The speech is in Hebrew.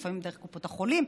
לפעמים דרך קופות החולים,